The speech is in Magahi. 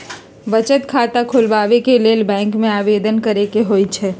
बचत खता खोलबाबे के लेल बैंक में आवेदन करेके होइ छइ